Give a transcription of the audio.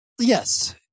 Yes